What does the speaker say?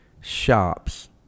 shops